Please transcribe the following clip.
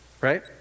Right